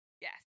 yes